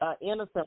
innocent